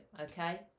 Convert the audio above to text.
okay